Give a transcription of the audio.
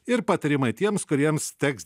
ir patarimai tiems kuriems teks